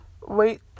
wait